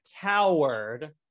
coward